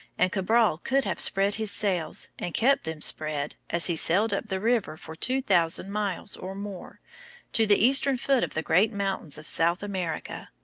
and cabral could have spread his sails and kept them spread as he sailed up the river for two thousand miles or more to the eastern foot of the great mountains of south america,